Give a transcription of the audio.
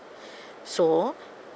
so